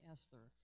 Esther